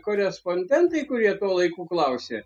korespondentai kurie tuo laiku klausė